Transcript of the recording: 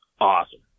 awesome